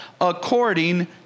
according